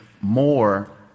more